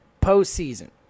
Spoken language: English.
postseason